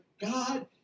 God